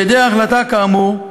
בהיעדר החלטה כאמור,